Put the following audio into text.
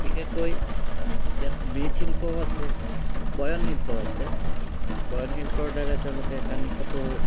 বিশেষকৈ ইয়াত মৃৎশিল্পও আছে বয়নশিল্পও আছে বয়নশিল্পৰদ্বাৰা তেওঁলোকে কানি কাপোৰ